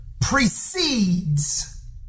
precedes